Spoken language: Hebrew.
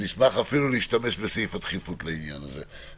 ונשמח אפילו להשתמש בסעיף הדחיפות לעניין הזה,